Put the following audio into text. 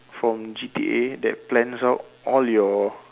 from G_T_A that plans out all your